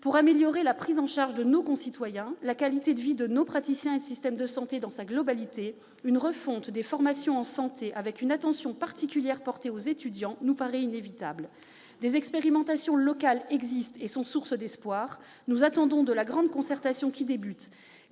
Pour améliorer la prise en charge de nos concitoyens, la qualité de vie de nos praticiens et le système de santé publique dans sa globalité, une refonte des formations en santé, avec une attention particulière portée aux étudiants, nous paraît inévitable. Des expérimentations locales existent, qui sont source d'espoir. Nous attendons notamment de la grande concertation qui débute